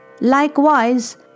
Likewise